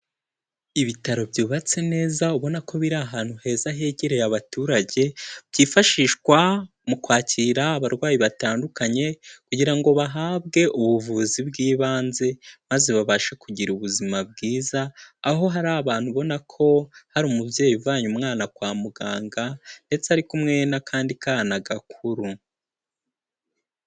Ibitaro byubatse neza ubona ko biri ahantu heza hegereye abaturage, byifashishwa mu kwakira abarwayi batandukanye kugira ngo bahabwe ubuvuzi bw'ibanze maze babashe kugira ubuzima bwiza. Aho hari abantu ubona ko hari umubyeyi uvanye umwana kwa muganga ndetse ari kumwe n'akandi kana gakuru.